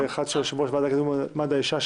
ואחת של יושב-ראש הוועדה לקידום מעמד האישה,